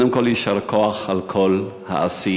יישר כוח על כל העשייה.